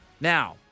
Now